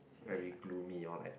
very gloomy or like